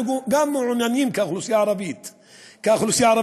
אנחנו גם מעוניינים, כאוכלוסייה הערבית בנגב,